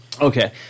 Okay